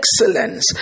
excellence